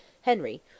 Henry